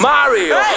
Mario